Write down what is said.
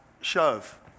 shove